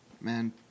man